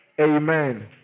Amen